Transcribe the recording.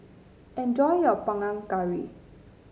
enjoy your Panang Curry